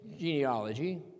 genealogy